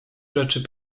rzeczy